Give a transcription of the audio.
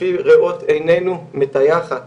לפי ראות עינינו, מטייחת